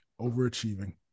overachieving